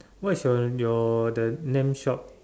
what is your your the name shop